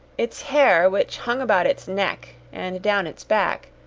its hair, which hung about its neck and down its back,